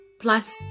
Plus